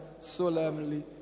solemnly